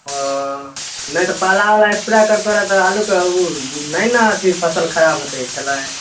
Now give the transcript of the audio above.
अँ नहि तऽ पालावला एस्प्रे करितहो रहै तऽ आलूके नहि ने अथी फसल खराब होइके छलै